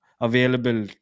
available